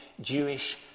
Jewish